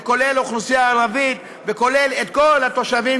זה כולל אוכלוסייה ערבית וכולל את כל התושבים